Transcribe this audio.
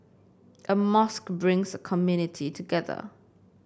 a mosque brings a community together